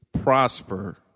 prosper